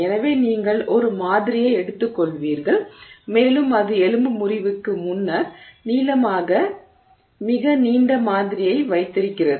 எனவே நீங்கள் ஒரு மாதிரியை எடுத்துக்கொள்வீர்கள் மேலும் அது எலும்பு முறிவுக்கு முன்னர் நீளமான மிக நீண்ட மாதிரியை வைத்திருக்கிறது